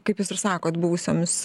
kaip jūs ir sakot buvusiomis